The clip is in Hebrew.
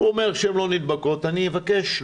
הוא אומר שהן לא נדבקות, אבקש להחריג אותן.